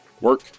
Work